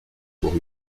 pour